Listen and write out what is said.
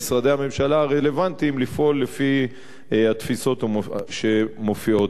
הממשלה הרלוונטיים לפעול לפי התפיסות שמופיעות בו.